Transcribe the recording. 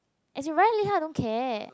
as in Ryan Li-han I don't care